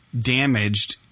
damaged